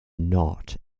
not